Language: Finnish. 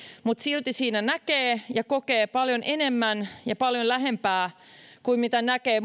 mutta silti siinä näkee ja kokee paljon enemmän ja paljon lähempää kuin mitä näkee